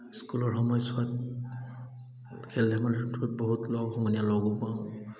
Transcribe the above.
স্কুলৰ সময়ছোৱাত খেল ধেমালিটোত বহুত লগ সমনীয়া লগো পাওঁ